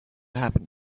happened